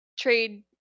Trade